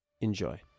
Enjoy